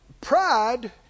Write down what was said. Pride